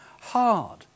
hard